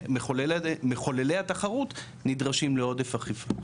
ומחוללי התחרות נדרשים לעודף אכיפה,